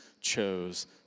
chose